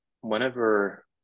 Whenever